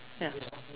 ya